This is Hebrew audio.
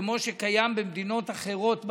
כמו שקיים במדינות אחרות במערב.